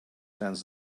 sends